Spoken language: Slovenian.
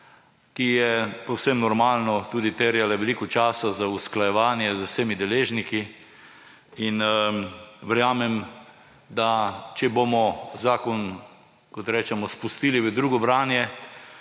ki je, povsem normalno, tudi terjala veliko časa za usklajevanje z vsemi deležniki, in verjamem, če bomo zakon, kot rečemo, spustili v drugo branje,